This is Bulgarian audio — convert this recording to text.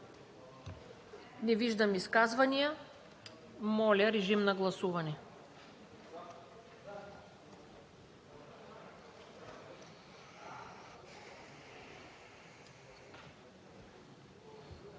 Не виждам изказвания. Моля, режим на гласуване.